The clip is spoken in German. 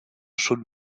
schon